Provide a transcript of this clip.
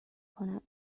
کنم